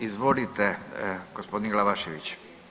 Izvolite gospodin Glavašević.